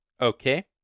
Okay